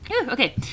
Okay